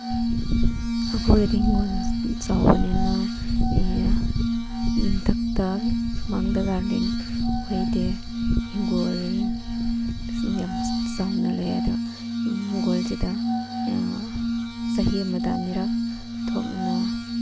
ꯑꯩꯈꯣꯏꯗꯤ ꯏꯪꯈꯣꯜ ꯆꯥꯎꯕꯅꯤꯅ ꯌꯨꯝꯊꯛꯇ ꯁꯨꯃꯥꯡꯗ ꯒꯥꯔꯗꯦꯟ ꯑꯣꯏꯗꯦ ꯏꯪꯈꯣꯜ ꯌꯥꯝ ꯆꯥꯎꯅ ꯂꯩꯌꯦ ꯑꯗꯨ ꯏꯪꯈꯣꯜꯁꯤꯗ ꯆꯍꯤ ꯑꯃꯗ ꯑꯅꯤꯔꯛ ꯊꯣꯛꯅ